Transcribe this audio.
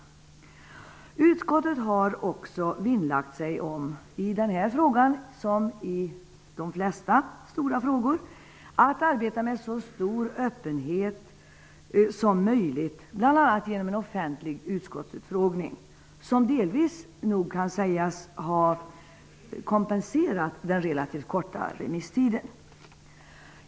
Utskottet har i denna fråga liksom i de flesta stora frågor även vinnlagt sig om att arbeta med så stor öppenhet som möjligt, bl.a. genom en offentlig utskottsutfrågning, som delvis nog kan sägas ha kompenserat den relativt korta remisstiden.